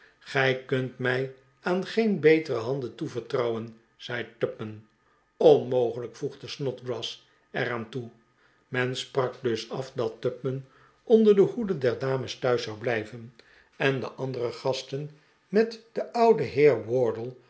gij kunt mij aan geen betere handen toevertrouwen zei tupman onmogelijk voegde snodgrass er aan toe men sprak dus af dat tupman onder de hoede der dames thuis zou blijven en de andere gasten met den ouden